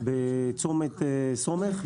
בצומת סומך,